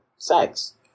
sex